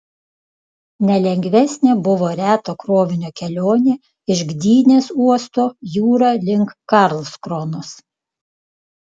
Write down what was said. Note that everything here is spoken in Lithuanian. nelengvesnė buvo reto krovinio kelionė iš gdynės uosto jūra link karlskronos